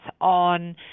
on